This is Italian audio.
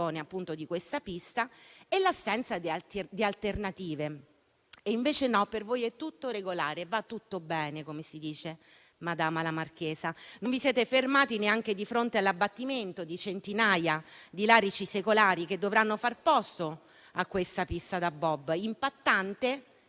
della pista e l'assenza di alternative; e invece no, per voi è tutto regolare (come si suol dire, va tutto bene, madama la marchesa). Non vi siete fermati neanche di fronte all'abbattimento di centinaia di larici secolari che dovranno far posto a questa pista da bob, impattante